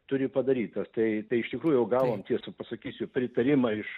turi padarytas tai tai iš tikrųjų jau gavom tiesa pasakysiu pritarimą iš